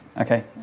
Okay